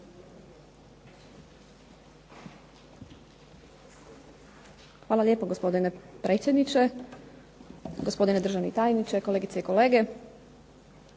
Hvala lijepo gospodine predsjedniče, gospodine državni tajniče, kolegice i kolege.